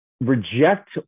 reject